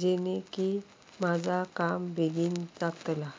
जेनेकी माझा काम बेगीन जातला?